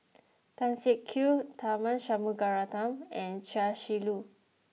Tan Siak Kew Tharman Shanmugaratnam and Chia Shi Lu